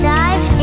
dive